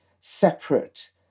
separate